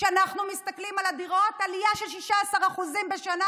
כשאנחנו מסתכלים על הדירות, עלייה של 16% בשנה.